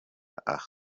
aha